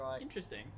interesting